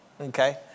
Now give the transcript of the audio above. okay